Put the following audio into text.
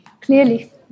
Clearly